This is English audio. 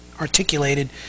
articulated